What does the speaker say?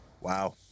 Wow